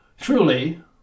Truly